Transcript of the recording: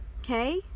Okay